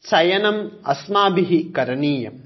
चयनम् अस्माभिः करणीयं